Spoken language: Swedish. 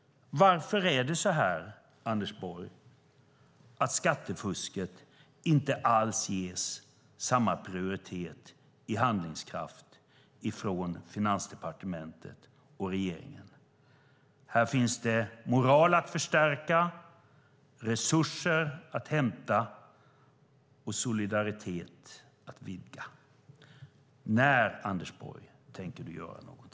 Varför är det så, Anders Borg, att skattefusket inte alls ges samma prioritet i handlingskraft från Finansdepartementet och regeringen? Här finns det moral att förstärka, resurser att hämta och solidaritet att vidga. När, Anders Borg, tänker du göra något?